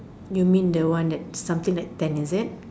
you mean the one that something like tent is it